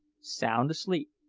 sound asleep,